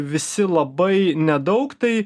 visi labai nedaug tai